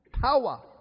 Power